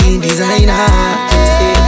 designer